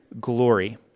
glory